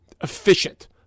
efficient